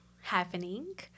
happening